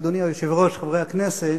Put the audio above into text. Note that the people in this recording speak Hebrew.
אדוני היושב-ראש, חברי הכנסת,